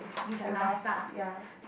can last ya